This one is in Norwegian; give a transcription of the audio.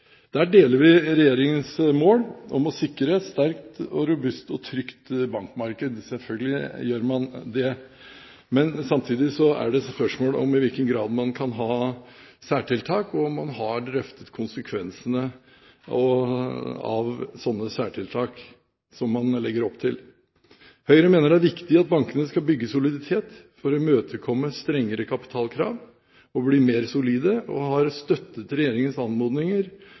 Der deler vi regjeringens mål om å sikre et sterkt, robust og trygt bankmarked – selvfølgelig gjør man det. Men samtidig er det et spørsmål om i hvilken grad man kan ha særtiltak, og om man har drøftet konsekvensene av slike særtiltak som man legger opp til. Høyre mener det er viktig at bankene skal bygge soliditet for å imøtekomme strengere kapitalkrav og bli mer solide og har støttet regjeringens anmodninger